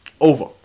Over